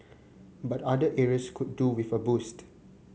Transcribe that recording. but other areas could do with a boost